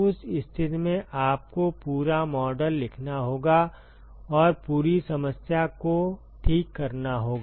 उस स्थिति में आपको पूरा मॉडल लिखना होगा और पूरी समस्या को ठीक करना होगा